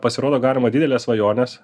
pasirodo galima dideles svajones